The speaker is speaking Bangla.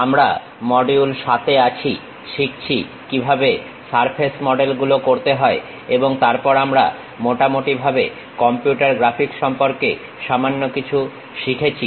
আমরা মডিউল 7 এ আছি শিখছি কিভাবে সারফেস মডেল গুলো করতে হয় এবং তারপর আমরা মোটামুটি ভাবে কম্পিউটার গ্রাফিক্স সম্পর্কে সামান্য কিছু শিখেছি